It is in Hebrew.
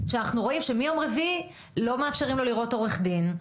שאנחנו רואים שמיום רביעי לא מאפשרים לו לראות עורך דין,